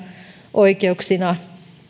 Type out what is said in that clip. oikeuksina